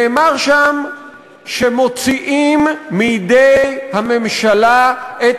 נאמר שם שמוציאים מידי הממשלה את